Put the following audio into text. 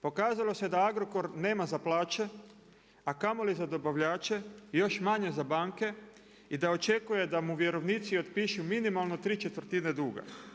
Pokazalo se da Agrokor nema za plaće, a kamoli za dobavljače i još manje za banke i da očekuje da mu vjerovnici otpišu minimalno ¾ duga.